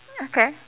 okay